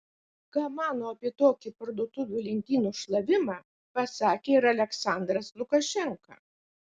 ką mano apie tokį parduotuvių lentynų šlavimą pasakė ir aliaksandras lukašenka